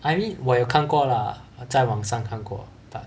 I mean 我有看过 lah 在网上看过 but